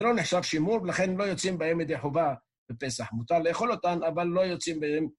זה לא נחשב שימור, ולכן לא יוצאים בהם מדי חובה בפסח. מותר לאכול אותן, אבל לא יוצאים בהם.